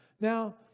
Now